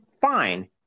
fine